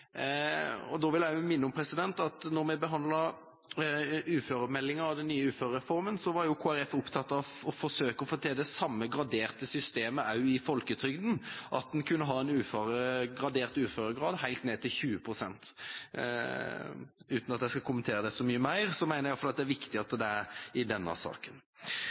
at da vi behandlet uføremeldinga og den nye uførereformen, var Kristelig Folkeparti opptatt av å forsøke å få til det samme graderte systemet også i folketrygden, at en kunne ha en gradert uføregradhelt ned til 20 pst. Uten at jeg skal kommentere det så mye mer, mener jeg i alle fall at dette er viktig i denne saken.